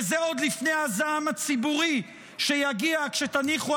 וזה עוד לפני הזעם הציבורי שיגיע כשתניחו